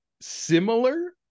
similar